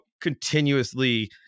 continuously